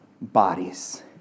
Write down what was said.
bodies